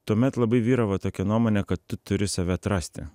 tuomet labai vyravo tokia nuomonė kad turi save atrasti